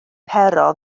pero